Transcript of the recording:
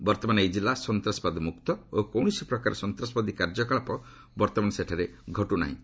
ବର୍ତ୍ତମାନ ଏହି ଜିଲ୍ଲା ସନ୍ତ୍ରାସବାଦ ମୁକ୍ତ ଓ କୌଣସି ପ୍ରକାର ସନ୍ତାସବାଦୀ କାର୍ଯ୍ୟକଳାପ ବର୍ତ୍ତମାନ ସେଠାରେ ସ୍ତ୍ରଟୁନାହିଁ